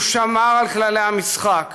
הוא שמר על כללי המשחק,